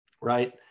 right